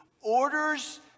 orders